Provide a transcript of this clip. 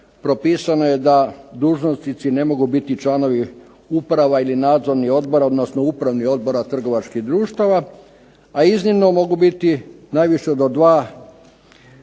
propisano je da dužnosnici ne mogu biti članovi uprava ili nadzornih odbora, odnosno upravnih odbora trgovačkih društava, a iznimno mogu biti najviše do dva